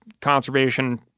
conservation